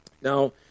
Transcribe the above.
Now